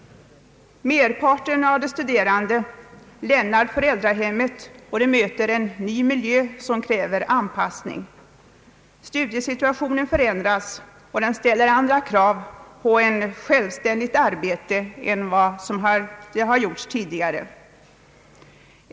Merparten av de studerande lämnar föräldrahemmet och möter en ny miljö, som kräver anpassning. Studiesituationen förändras, och den ställer andra krav på självständigt arbete än tidigare.